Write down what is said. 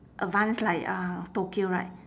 advanced like uh tokyo right